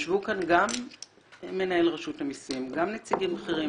ישבו כאן גם מנהל רשות המיסים, גם נציגים אחרים